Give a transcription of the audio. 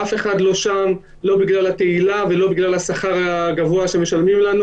אף אחד לא שם לא בגלל התהילה ולא בגלל השכר הגבוה שמשלמים לנו.